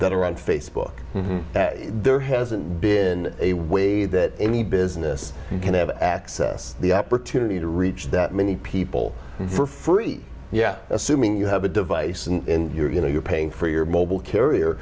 that are on facebook that there hasn't been a way that any business can have access the opportunity to reach that many people for free yeah assuming you have a device in your you know you're paying for your mobile carrier